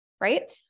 Right